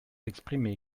exprimer